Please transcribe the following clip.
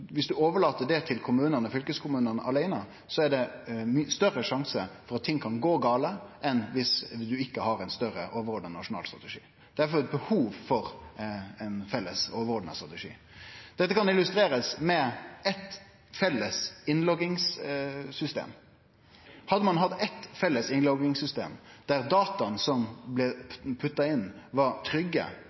det til kommunane og fylkeskommunane aleine, er det større risiko for at ting kan gå gale dersom ein ikkje har ein større, overordna nasjonal strategi. Difor er det behov for ein felles overordna strategi. Dette kan illustrerast med eitt felles